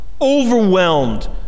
overwhelmed